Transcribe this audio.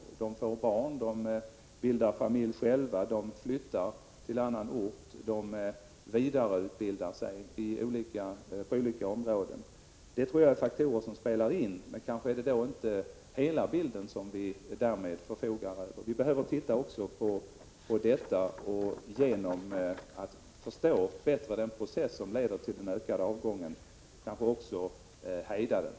De får barn, bildar familj själva, flyttar till annan ort, vidareutbildar sig på olika områden. Det tror jag är faktorer som spelar in, men kanske är det inte hela bilden som vi därmed förfogar över. Vi behöver undersöka detta. Genom att bättre förstå den process som leder till den ökade avgången kanske vi också kan hejda den.